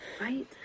Right